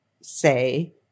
say